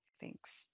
Thanks